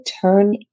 turn